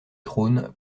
trônes